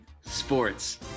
Sports